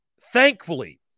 Thankfully